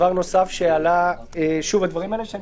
יש את הנושא שהעלה חבר הכנסת